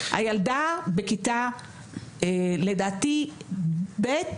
הילדה בכיתה לדעתי ב',